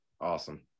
Awesome